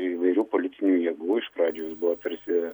įvairių politinių jėgų iš pradžių jis buvo tarsi